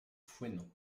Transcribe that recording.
fouesnant